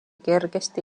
kergesti